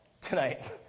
tonight